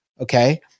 Okay